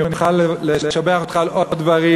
שאני אוכל לשבח אותך על עוד דברים,